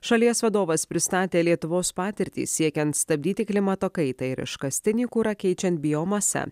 šalies vadovas pristatė lietuvos patirtį siekiant stabdyti klimato kaitą ir iškastinį kurą keičiant biomase